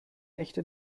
echte